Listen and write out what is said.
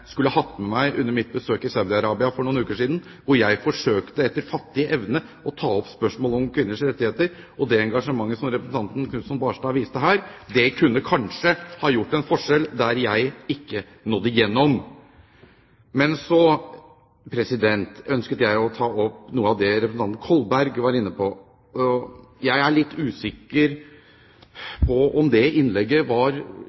skulle hatt med meg under mitt besøk i Saudi-Arabia for noen uker siden, der jeg etter fattig evne forsøkte å ta opp spørsmålet om kvinners rettigheter. Det engasjementet representanten Knutson Barstad viste her, kunne kanskje ha gjort en forskjell der jeg ikke nådde igjennom. Men jeg ønsket å ta opp noe av det representanten Kolberg var inne på. Jeg er litt usikker på om det innlegget var